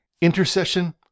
Intercession